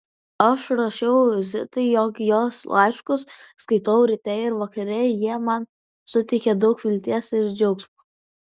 aš rašiau zitai jog jos laiškus skaitau ryte ir vakare jie man suteikia daug vilties ir džiaugsmo